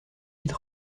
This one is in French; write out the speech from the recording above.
vite